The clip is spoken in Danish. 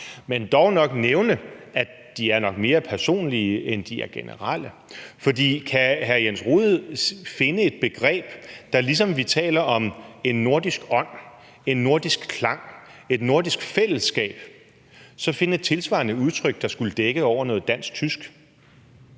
men dog nok nævne, at de nok er mere personlige, end de er generelle. For kan hr. Jens Rohde finde et begreb og tilsvarende udtryk, som når vi taler om en nordisk ånd, en nordisk klang og et nordisk fællesskab, der skulle dække over noget dansk-tysk?